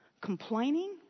complaining